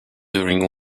during